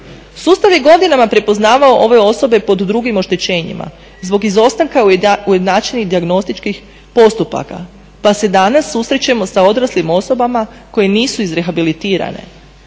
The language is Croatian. Sustav je godinama prepoznavao ove osobe pod drugim oštećenjima zbog izostanka ujednačenih dijagnostičkih postupaka pa se danas susrećemo sa odraslim osobama koje nisu izrehabilitirane.